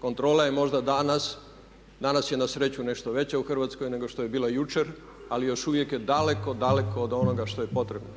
Kontrola je možda danas, danas je na sreću nešto veća u Hrvatskoj nego što je bila jučer ali još uvijek je daleko, daleko od onoga što je potrebno.